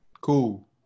Cool